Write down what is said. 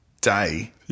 day